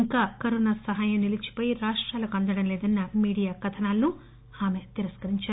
ఇంకా సహాయం నిలిచిపోయి రాష్టాలకు అందడం లేదన్న మీడియా కథనాలను ఆమె తిరస్కరించారు